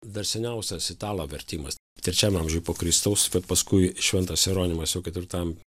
dar seniausias italo vertimas trečiajam amžiuj po kristaus bet paskui šventas jeronimas jau ketvirtam